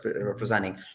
representing